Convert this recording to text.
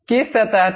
किस सतह तक